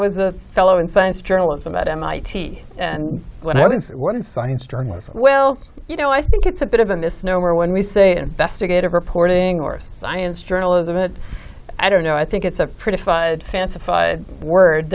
was a fellow in science journalism at mit and when i was in science journalism well you know i think it's a bit of a misnomer when we say investigative reporting or science journalism it i don't know i think it's a pretty